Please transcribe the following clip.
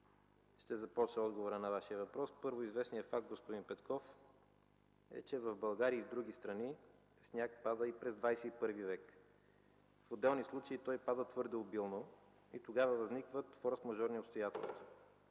ще започна отговора на Вашия въпрос. Първо, известен факт, господин Петков, е, че в България и в други страни сняг пада и през ХХІ век. В отделни случаи той пада твърде обилно и тогава възникват форсмажорни обстоятелства.